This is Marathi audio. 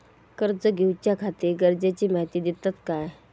कर्ज घेऊच्याखाती गरजेची माहिती दितात काय?